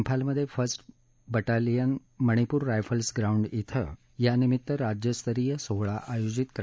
उफालमधे first battalion Manipur rifles ground धिं यानिमित्त राज्यस्तरीय सोहळा आयोजित केला होता